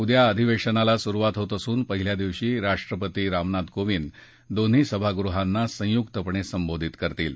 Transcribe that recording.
उद्या अधिवेशनाला सुरुवात होत असून पहिल्या दिवशी राष्ट्रपती रामनाथ कोविंद दोन्ही सभागृहांना संयुक्तपणे संबोधित करतील